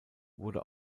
wurde